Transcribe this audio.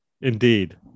indeed